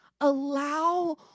Allow